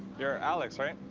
you're alex, right?